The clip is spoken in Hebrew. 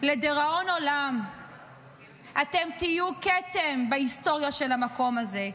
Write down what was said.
לדיראון עולם אתם תהיו כתם בהיסטוריה של המקום הזה.